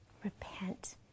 Repent